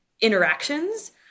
interactions